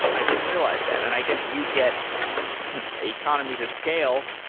i didn't realize that and i guess you get economies of scale,